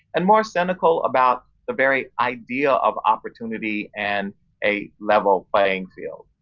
and more cynical about the very idea of opportunity and a level playing field.